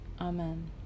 amen